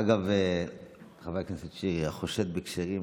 אגב, חבר כנסת שירי, "החושד בכשרים